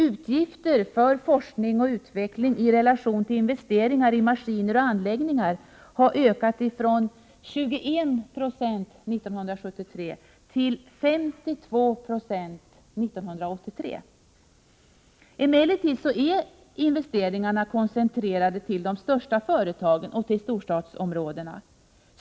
Utgifter för forskning och utveckling i relation till investeringar i maskiner och anläggningar har ökat från 2190 1973 till 52 20 1983. Emellertid är investeringarna koncentrerade till de största företagen och till storstadsområdena.